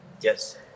Yes